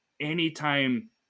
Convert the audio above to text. anytime